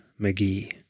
McGee